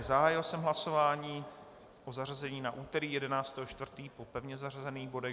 Zahájil jsem hlasování o zařazení na úterý 11. 4. po pevně zařazených bodech.